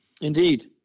Indeed